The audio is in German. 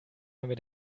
haben